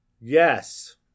Yes